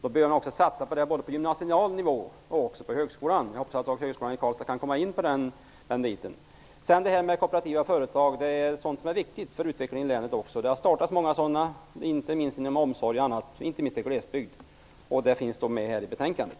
Därför behövs det satsningar både på gymnasial nivå och på högskolan. Sedan till frågan om kooperativa företag. Också sådana är viktiga för utvecklingen i länet, och många har startats inte minst inom bl.a. omsorgen. Det gäller då särskilt på glesbygden. Detta finns också med i betänkandet.